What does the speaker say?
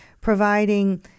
providing